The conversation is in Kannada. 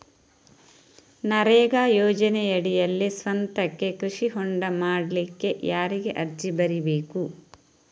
ನರೇಗಾ ಯೋಜನೆಯಡಿಯಲ್ಲಿ ಸ್ವಂತಕ್ಕೆ ಕೃಷಿ ಹೊಂಡ ಮಾಡ್ಲಿಕ್ಕೆ ಯಾರಿಗೆ ಅರ್ಜಿ ಬರಿಬೇಕು?